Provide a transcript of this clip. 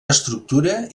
estructura